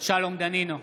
שלום דנינו,